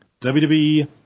WWE